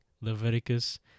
Leviticus